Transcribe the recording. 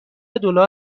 دلار